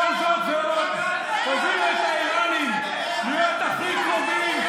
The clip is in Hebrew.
כל זאת ועוד, את האיראנים להיות הכי קרובים,